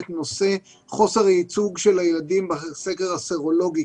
להדגיש את נושא חוסר הייצוג של הילדים בסקר הסרולוגי.